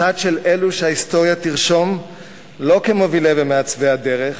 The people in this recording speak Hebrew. הצד של אלו שההיסטוריה תרשום לא כמובילי ומעצבי הדרך,